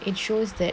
it shows that